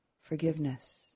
forgiveness